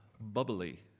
bubbly